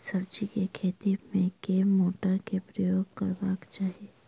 सब्जी केँ खेती मे केँ मोटर केँ प्रयोग करबाक चाहि?